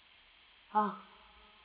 ah